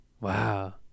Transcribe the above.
wow